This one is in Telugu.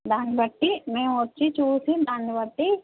దాన్ని బట్టి మేము వచ్చి చూసి దాన్ని బట్టి